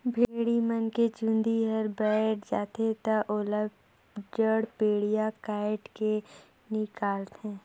भेड़ी मन के चूंदी हर बायड जाथे त ओला जड़पेडिया कायट के निकालथे